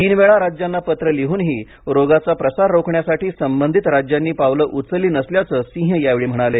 तीन वेळा राज्यांना पत्र लिहूनही रोगाचा प्रसार रोखण्यासाठी संबंधित राज्यांनी पावलं उचलली नसल्याचं सिंह यावेळी म्हणाले